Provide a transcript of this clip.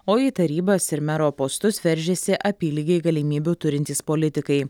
o į tarybas ir mero postus veržiasi apylygiai galimybių turintys politikai